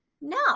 No